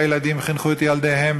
והילדים חינכו את ילדיהם,